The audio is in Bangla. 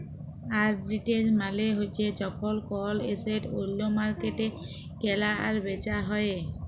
আরবিট্রেজ মালে হ্যচ্যে যখল কল এসেট ওল্য মার্কেটে কেলা আর বেচা হ্যয়ে